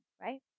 right